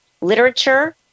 Literature